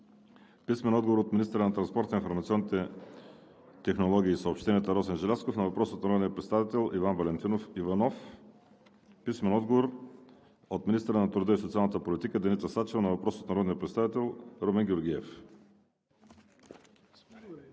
Йорданов; - министъра на транспорта, информационните технологии и съобщенията Росен Желязков на въпрос от народния представител Иван Валентинов Иванов; - министъра на труда и социалната политика Деница Сачева на въпрос от народния представител Румен Георгиев.